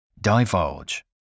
Divulge